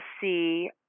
see